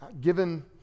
given